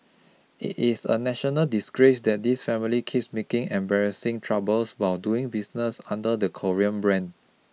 it is a national disgrace that this family keeps making embarrassing troubles while doing business under the 'Korea' brand